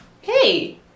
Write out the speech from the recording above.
Hey